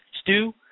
Stu